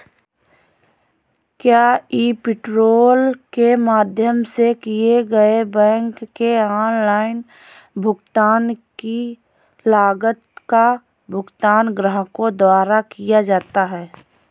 क्या e portal के माध्यम से किए गए बैंक के ऑनलाइन भुगतान की लागत का भुगतान ग्राहकों द्वारा किया जाता है?